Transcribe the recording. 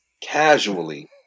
casually